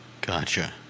gotcha